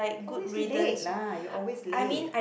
always late lah you're always late